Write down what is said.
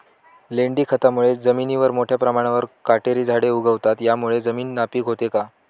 लेंडी खतामुळे जमिनीवर मोठ्या प्रमाणावर काटेरी झाडे उगवतात, त्यामुळे जमीन नापीक होते का?